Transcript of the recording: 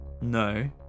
No